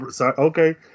Okay